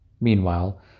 Meanwhile